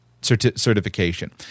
certification